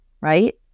right